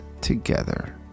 together